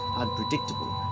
unpredictable